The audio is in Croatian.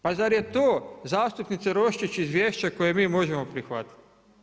Pa zar je to zastupnice Roščić izvješće koje mi možemo prihvatiti?